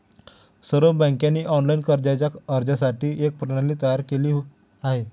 सर्व बँकांनी ऑनलाइन कर्जाच्या अर्जासाठी एक प्रणाली तयार केली आहे